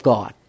God